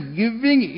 giving